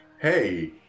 hey